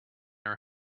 are